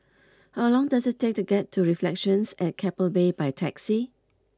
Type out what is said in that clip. how long does it take to get to Reflections at Keppel Bay by taxi